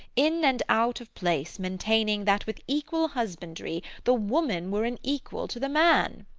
in and out of place maintaining that with equal husbandry the woman were an equal to the man.